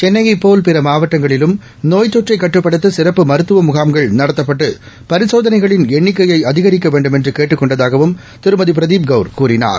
சென்னையைப் போல் பிறமாவட்டங்களிலும் நோய் தொற்றைகட்டுப்படுத்தசிறப்பு மருத்துவமுகாம்கள் நடத்தப்பட்டு பரிசோதனைகளின் எண்ணிக்கையைஅதிகரிக்கவேண்டுமென்றகேட்டுக் கொண்டதாகவும் திருமதிபிரதீப் கவுர் கூறினார்